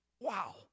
Wow